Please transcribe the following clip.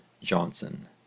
Johnson